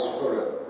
Spirit